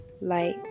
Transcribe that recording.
light